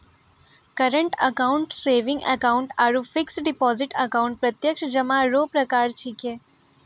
current account saving account आरु fix deposit account प्रत्यक्ष जमा रो प्रकार छिकै